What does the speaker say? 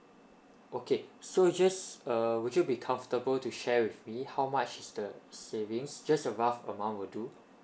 okay so here's err would you be comfortable to share with me how much is the savings just a rough amount would do